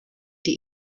die